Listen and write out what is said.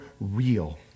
real